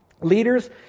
Leaders